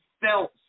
felt